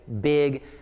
big